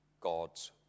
God's